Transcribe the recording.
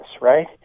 right